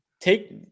Take